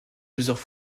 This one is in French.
plusieurs